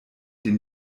den